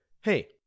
hey